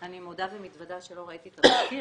אני מודה ומתוודה שלא ראיתי את התחקיר,